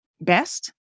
best